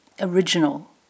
original